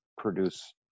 produce